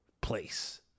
place